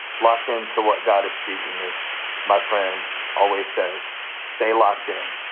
locked in to what god is speaking. as my friend always says, stay locked in.